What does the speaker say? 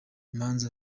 imanza